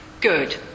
good